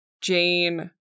Jane